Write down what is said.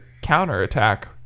counterattack